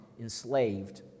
enslaved